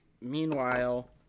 Meanwhile